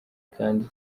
kandi